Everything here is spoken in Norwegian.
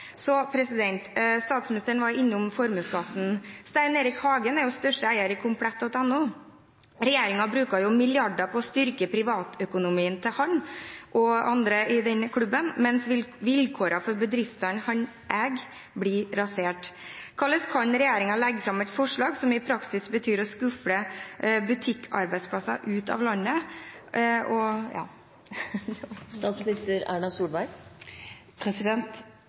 Statsministeren var innom formuesskatten. Stein Erik Hagen er største eier i Komplett.no. Regjeringen bruker milliarder på å styrke hans privatøkonomi og andre i den klubben, mens vilkårene for bedriftene han eier, blir rasert. Hvordan kan regjeringen legge fram et forslag som i praksis betyr å skufle butikkarbeidsplasser ut av landet? Jeg mener at dette er en mindre endring som blir en forenkling, og